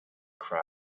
cry